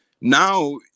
Now